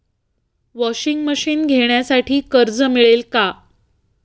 Washing machine घेण्यासाठी कर्ज मिळेल का?